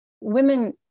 women